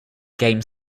game